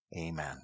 Amen